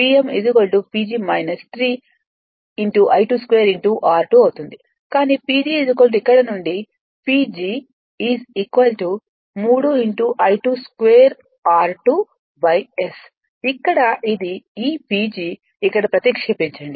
కాబట్టి Pm PG 3 I22 r2 అవుతుంది కానీ PG ఇక్కడ నుండి PG 3 I22r2 S ఇక్కడ ఇది ఈ PG ఇక్కడ ప్రతిక్షేపించండి